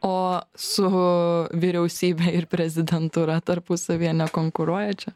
o su vyriausybe ir prezidentūra tarpusavyje nekonkuruoja čia